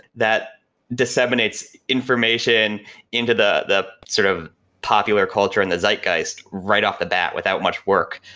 that disseminates information into the the sort of popular culture and the zeitgeist right off the bat, without much work.